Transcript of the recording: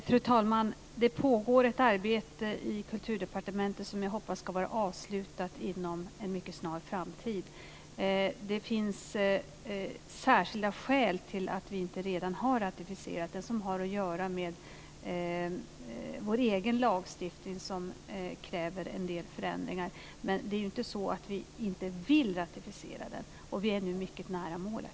Fru talman! Det pågår ett arbete i Kulturdepartementet som jag hoppas ska vara avslutat inom en mycket snar framtid. Det finns särskilda skäl till att vi inte redan har ratificerat detta. Det har att göra med vår egen lagstiftning, som kräver en del förändringar. Det är inte så att vi inte vill ratificera det. Vi är nu mycket nära målet.